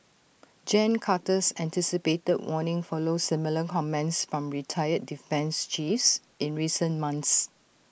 gen Carter's anticipated warning follows similar comments from retired defence chiefs in recent months